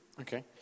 Okay